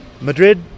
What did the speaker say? Madrid